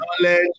knowledge